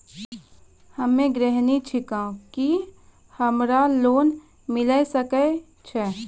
हम्मे गृहिणी छिकौं, की हमरा लोन मिले सकय छै?